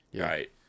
Right